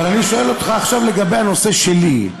אבל אני שואל אותך עכשיו לגבי הנושא שלי.